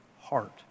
heart